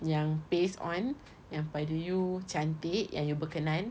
yang paste on yang pada you cantik yang you berkenan